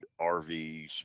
RVs